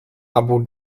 abu